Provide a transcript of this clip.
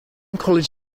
college